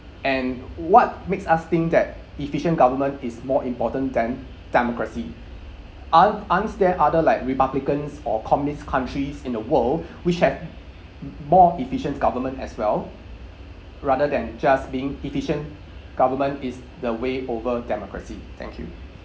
and what makes us think that efficient government is more important than democracy aren't aren't there other like republicans or communist countries in the world which have more efficient government as well rather than just being efficient government is the way over democracy thank you